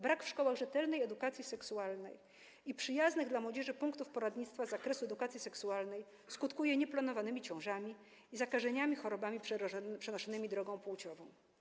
Brak w szkołach rzetelnej edukacji seksualnej i przyjaznych dla młodzieży punktów poradnictwa z zakresu edukacji seksualnej skutkuje nieplanowanymi ciążami i zakażeniami chorobami przenoszonymi drogą płciową.